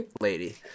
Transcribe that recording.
Lady